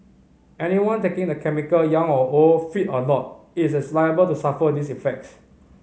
anyone taking the chemical young or old fit or not is as liable to suffer these effects